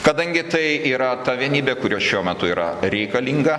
kadangi tai yra ta vienybė kurios šiuo metu yra reikalinga